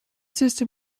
system